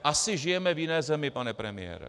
Asi žijeme v jiné zemi, pane premiére.